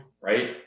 right